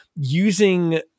using